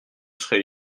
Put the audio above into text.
serait